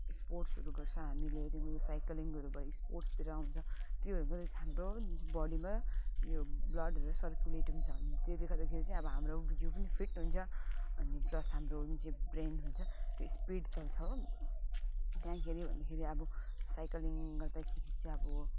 स्पोर्ट्सहरू गर्छ हामीले त्यहाँदेखि यो साइक्लिङहरू भयो स्पोर्ट्सतिर आउँछ त्योहरू भए पछि हाम्रो बडीमा यो ब्लडहरू सर्कुलेट हुन्छ त्यसले गर्दाखेरि चाहिँ अब हाम्रो जिउ पनि फिट हुन्छ अनि प्लस हाम्रो जुन चाहिँ ब्रेन हुन्छ त्यो स्पिड चल्छ हो त्यहाँ गिर्यो भने फेरि अब साइक्लिङ गर्दाखेरि चाहिँ अब